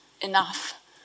enough